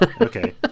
okay